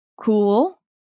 cool